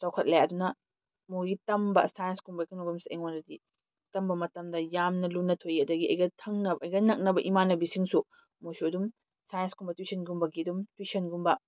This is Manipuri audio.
ꯆꯥꯎꯈꯠꯂꯦ ꯑꯗꯨꯅ ꯃꯣꯏꯒꯤ ꯇꯝꯕ ꯁꯥꯏꯟꯁ ꯀꯨꯝꯕ ꯀꯩꯅꯣꯒꯨꯝꯕꯁꯤ ꯑꯩꯉꯣꯟꯗꯗꯤ ꯇꯝꯕ ꯃꯇꯝꯗ ꯌꯥꯝꯅ ꯂꯨꯅ ꯊꯣꯛꯏ ꯑꯗꯒꯤ ꯑꯩꯒ ꯊꯪꯅꯕ ꯑꯩꯒ ꯅꯛꯅꯕ ꯏꯃꯥꯟꯅꯕꯤꯁꯤꯡꯁꯨ ꯃꯣꯏꯁꯨ ꯑꯗꯨꯝ ꯁꯥꯏꯟꯁ ꯀꯨꯝꯕ ꯇꯨꯏꯁꯟ ꯒꯨꯝꯕꯒꯤ ꯑꯗꯨꯝ ꯇꯨꯏꯏꯁꯟ ꯒꯨꯝꯕ